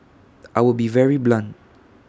I will be very blunt